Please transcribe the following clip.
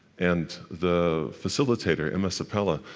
and the facilitator, emma seppala,